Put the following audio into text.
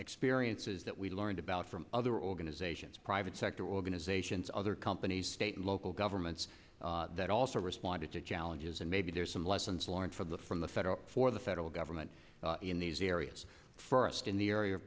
experiences that we learned about from other organizations private sector organizations other companies state and local governments that also responded to challenges and maybe there's some lessons learned from the from the for the federal government in these areas first in the area of